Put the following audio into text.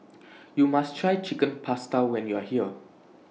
YOU must Try Chicken Pasta when YOU Are here